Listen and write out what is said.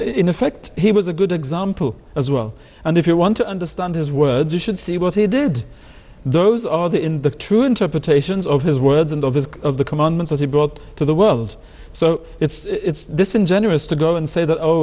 in effect he was a good example as well and if you want to understand his words you should see what he did those are in the true interpretations of his words and of his of the commandments as he brought to the world so it's disingenuous to go and say